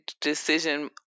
decision